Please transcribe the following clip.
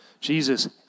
Jesus